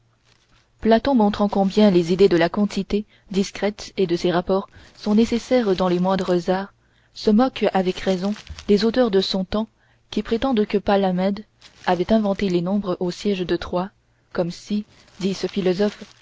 platon montrant combien les idées de la quantité discrète et de ses rapports sont nécessaires dans les moindres arts se moque avec raison des auteurs de son temps qui prétendaient que palamède avait inventé les nombres au siège de troie comme si dit ce philosophe